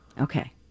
Okay